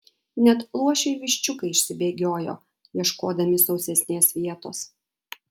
net luošiai viščiukai išsibėgiojo ieškodami sausesnės vietos